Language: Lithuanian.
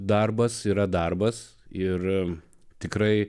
darbas yra darbas ir tikrai